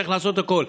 צריך לעשות הכול,